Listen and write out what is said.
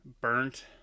burnt